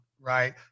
right